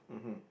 mmhmm